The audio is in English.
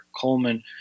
Coleman